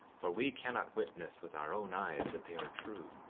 for we cannot witness with our own eyes that they are true.